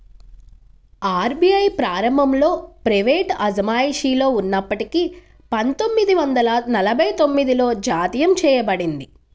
RBI ప్రారంభంలో ప్రైవేటు అజమాయిషిలో ఉన్నప్పటికీ పందొమ్మిది వందల నలభై తొమ్మిదిలో జాతీయం చేయబడింది